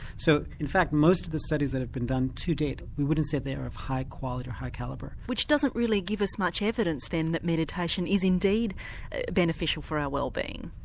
so in fact most of the studies that have been done to date, we wouldn't say they are of high quality or high calibre. which doesn't really give us much evidence then that meditation is indeed beneficial for our wellbeing.